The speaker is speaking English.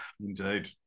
Indeed